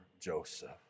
Joseph